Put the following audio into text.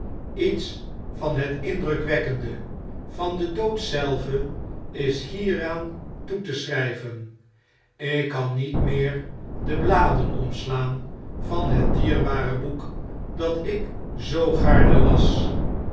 lets van het indrukwekkende van den dood zelven is hieraan toe te schrjjven ik kan niet meer de bladen omslaan van het dierbare boek dat ik zoo gaarne las